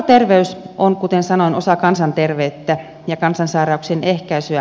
ruokaterveys on kuten sanoin osa kansanterveyttä ja kansansairauksien ehkäisyä